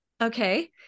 Okay